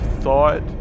thought